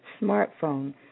smartphone